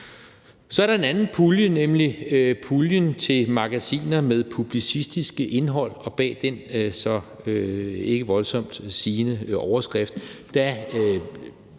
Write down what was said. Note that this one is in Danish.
Så er der en anden pulje, nemlig puljen til magasiner med publicistisk indhold. Det er ikke en så voldsomt sigende overskrift, men